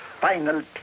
final